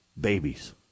babies